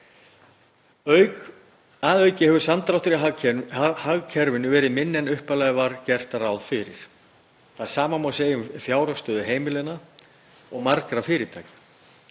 Að auki hefur samdráttur í hagkerfinu verið minni en upphaflega var gert ráð fyrir. Það sama má segja um fjárhagsstöðu heimilanna og margra fyrirtækja.